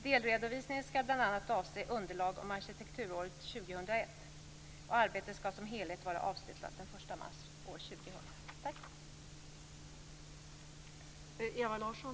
Delredovisningen skall bl.a. avse underlag om arkitekturåret 2001. Arbetet skall som helhet vara avslutat den 1 mars år 2000.